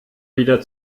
wieder